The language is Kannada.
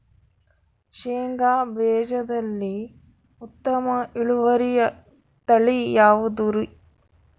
ಶೇಂಗಾ ಬೇಜದಲ್ಲಿ ಉತ್ತಮ ಇಳುವರಿಯ ತಳಿ ಯಾವುದುರಿ?